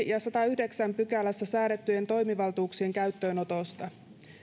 ja sadannessayhdeksännessä pykälässä säädettyjen toimivaltuuksien käyttöönotosta